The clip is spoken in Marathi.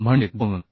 म्हणजे 2